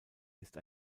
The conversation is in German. ist